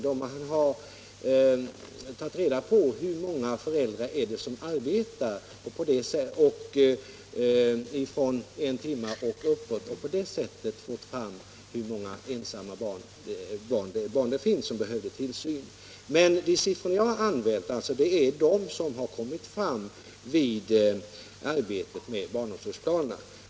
Man har tagit reda på hur många föräldrar det är som arbetar från en timme och uppåt och på det sättet fått fram hur många ensamma barn som behöver tillsyn. De siffror jag har använt är de som har räknats fram vid arbetet med barnomsorgsplanerna.